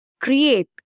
create